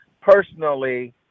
personally